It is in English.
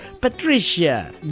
Patricia